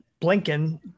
Blinken